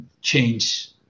change